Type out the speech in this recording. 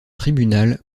tribunal